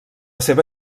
seva